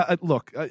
Look